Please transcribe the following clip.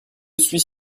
suis